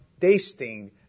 tasting